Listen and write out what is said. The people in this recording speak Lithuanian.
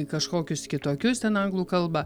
kažkokius kitokius ten anglų kalba